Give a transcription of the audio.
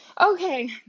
Okay